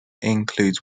includes